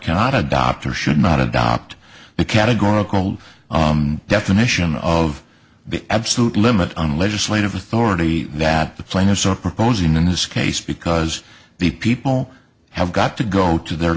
cannot adopt or should not adopt the categorical definition of the absolute limit on legislative authority that the plaintiffs are proposing in this case because the people have got to go to their